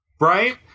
right